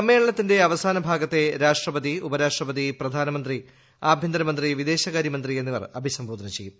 സമ്മേളനത്തിന്റെ അവസാന ഭാഗത്തെ രാഷ്ട്രപതി ഉപരാഷ്ട്രപതി പ്രധാനമന്ത്രി ആഭ്യന്തര മന്ത്രി വിദേശകാര്യമന്ത്രി എന്നിവർ അഭിസംബോധനം ചെയ്യും